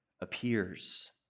appears